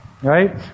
Right